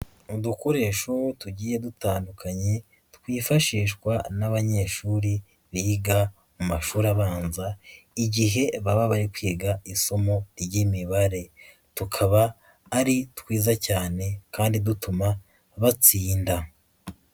Udukoresho tugiye dutandukanye twifashishwa n'abanyeshuri biga mu mashuri abanza, igihe baba bari kwiga isomo ry'imibare. Tukaba ari twiza cyane kandi dutuma batsinda.